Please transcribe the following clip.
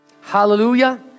Hallelujah